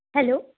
hello